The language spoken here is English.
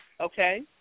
okay